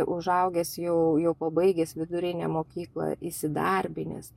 užaugęs jau jau pabaigęs vidurinę mokyklą įsidarbinęs